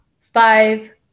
five